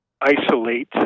isolate